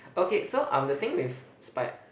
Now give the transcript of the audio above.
okay so um the thing with spi~